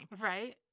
Right